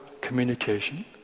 communication